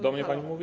Do mnie pani mówi?